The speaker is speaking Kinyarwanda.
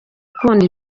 akunda